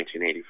1984